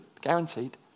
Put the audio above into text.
guaranteed